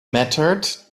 mattered